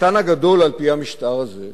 "השטן הגדול", על-פי המשטר הזה,